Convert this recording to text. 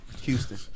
Houston